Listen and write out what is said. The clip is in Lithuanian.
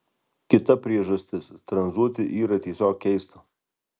kita priežastis tranzuoti yra tiesiog keista